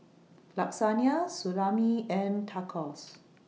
Lasagne Salami and Tacos